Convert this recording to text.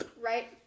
right